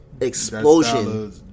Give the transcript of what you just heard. explosion